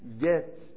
get